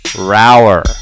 Rower